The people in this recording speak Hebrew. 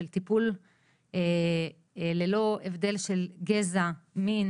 של טיפול ללא הבדל של דת גזע או מין